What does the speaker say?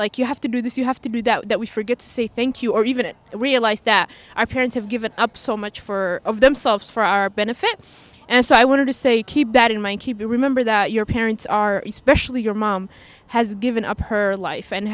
like you have to do this you have to be that we forget to say thank you or even realize that our parents have given up so much for of themselves for our benefit and so i wanted to say keep that in mind keep to remember that your parents are especially your mom has given up her life and